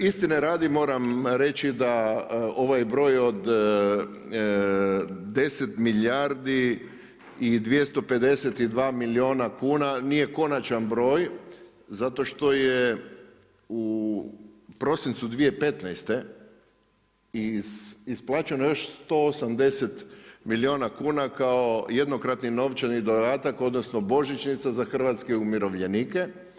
Istine radi, moram reći da ovaj broj od 10 milijardi i 252 milijuna kuna nije konačan broj, zato što je u prosincu 2015. isplaćeno još 180 milijuna kuna kao jednokratni novčani dodatak, odnosno, božićnica za hrvatske umirovljenike.